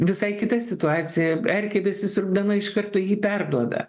visai kita situacija erkė besisiurbdama iš karto jį perduoda